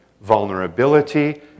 vulnerability